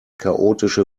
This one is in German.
chaotische